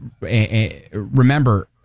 remember